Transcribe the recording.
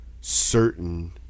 certain